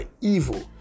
evil